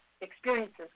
experiences